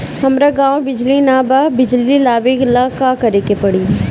हमरा गॉव बिजली न बा बिजली लाबे ला का करे के पड़ी?